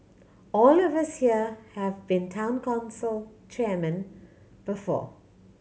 all of us here have been Town Council chairmen before